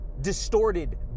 Distorted